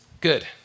Good